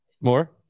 More